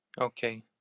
Okay